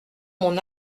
mon